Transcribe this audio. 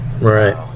right